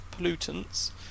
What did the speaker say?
pollutants